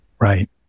Right